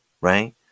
right